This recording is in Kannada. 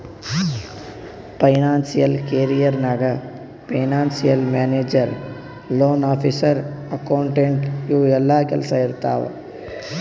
ಫೈನಾನ್ಸಿಯಲ್ ಕೆರಿಯರ್ ನಾಗ್ financial manager, loan officer, accountant ಇವು ಎಲ್ಲಾ ಕೆಲ್ಸಾ ಇರ್ತಾವ್